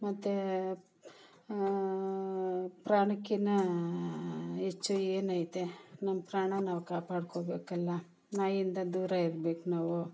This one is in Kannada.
ಮತ್ತೆ ಪ್ರಾಣಕ್ಕಿಂತ ಹೆಚ್ಚು ಏನೈತೆ ನಮ್ಮ ಪ್ರಾಣ ನಾವು ಕಾಪಾಡ್ಕೊಬೇಕಲ್ಲ ನಾಯಿಯಿಂದ ದೂರ ಇರಬೇಕು ನಾವು